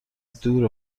دور